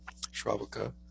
Shravaka